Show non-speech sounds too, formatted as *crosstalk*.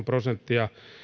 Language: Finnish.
*unintelligible* prosenttia